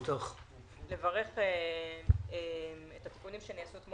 קודם כל לברך את התיקונים שנעשו אתמול